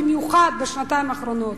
במיוחד בשנתיים האחרונות.